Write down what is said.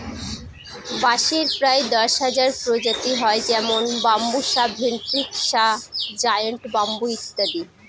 বাঁশের প্রায় দশ হাজার প্রজাতি হয় যেমন বাম্বুসা ভেন্ট্রিকসা জায়ন্ট ব্যাম্বু ইত্যাদি